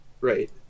Right